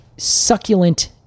succulent